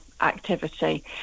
activity